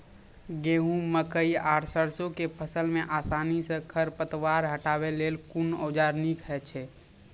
गेहूँ, मकई आर सरसो के फसल मे आसानी सॅ खर पतवार हटावै लेल कून औजार नीक है छै?